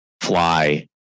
fly